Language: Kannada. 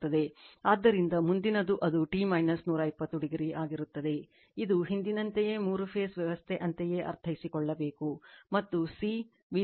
ಆದ್ದರಿಂದ ಮುಂದಿನದು ಅದು t 120 o ಆಗಿರುತ್ತದೆ ಇದು ಹಿಂದಿನಂತೆಯೇ ಮೂರು ಫೇಸ್ ವ್ಯವಸ್ಥೆ ಅಂತೆಯೇ ಅರ್ಥೈಸಿಕೊಳ್ಳಬೇಕು